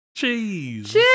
Cheese